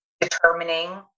determining